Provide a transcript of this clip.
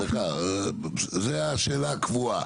זו השאלה הקבועה.